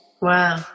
Wow